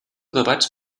debats